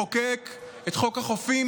לחוקק את חוק החופים,